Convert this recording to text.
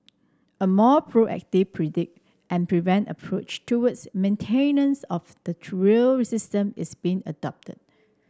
a more proactive predict and prevent approach towards maintenance of the rail system is being adopted